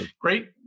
great